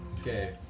okay